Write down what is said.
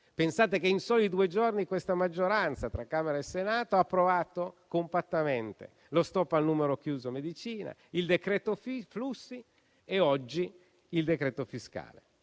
Pensate che in soli due giorni questa maggioranza, tra Camera e Senato, ha approvato compattamente lo stop al numero chiuso a medicina, il decreto flussi e oggi il decreto fiscale.